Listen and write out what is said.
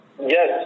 Yes